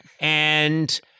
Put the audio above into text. And-